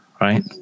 right